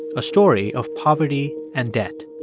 a story of poverty and debt.